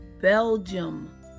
Belgium